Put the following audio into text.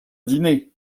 dîner